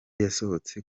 yasohotse